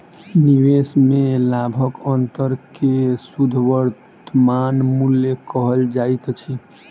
निवेश में लाभक अंतर के शुद्ध वर्तमान मूल्य कहल जाइत अछि